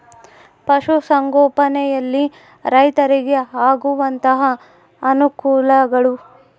ಪಶುಸಂಗೋಪನೆಯಲ್ಲಿ ರೈತರಿಗೆ ಆಗುವಂತಹ ಅನುಕೂಲಗಳು?